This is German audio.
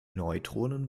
neutronen